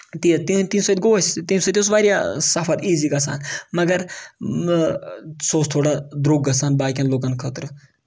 تِہندِ تَمہِ سۭتۍ گوٚو اَسہِ تَمہِ سۭتۍ اوس واریاہ سَفر ایٖزی گژھان مَگر سُہ وس تھوڑا درٛوٚگ گژھان باقین لوٗکن خٲطرٕ